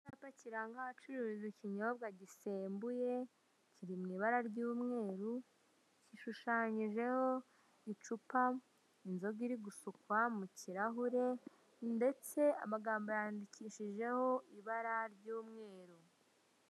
Icyapa kiranga ahacururizwa ikinyobwa gisembuye kiri mu ibara ry'umeru gishushanyijeho icupa, inzoga iri gusukwa mu kirahure ndetse amagambo yandikishijeho ibara ry'umweru.